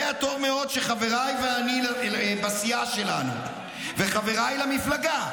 יודע טוב מאוד שחבריי בסיעה שלנו ואני וחבריי למפלגה,